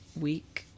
week